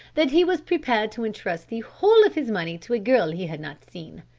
that he was prepared to entrust the whole of his money to a girl he had not seen.